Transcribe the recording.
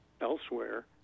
elsewhere